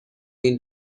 این